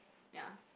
ya